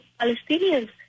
Palestinians